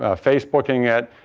ah facebooking it,